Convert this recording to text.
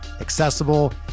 accessible